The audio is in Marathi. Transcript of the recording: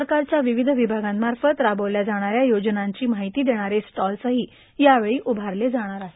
सरकारच्या विविध विभागांमार्फत राबवल्या जाणाऱ्या योजनांची माहिती देणारे स्टॉल्सही यावेळी उभारले जाणार आहेत